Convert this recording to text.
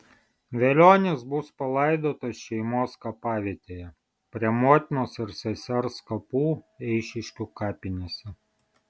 velionis bus palaidotas šeimos kapavietėje prie motinos ir sesers kapų eišiškių kapinėse